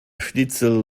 schnitzel